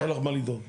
אין לך מה לדאוג.